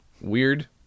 weird